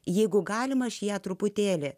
jeigu galima aš ją truputėlį